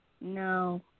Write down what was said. No